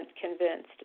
convinced